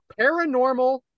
paranormal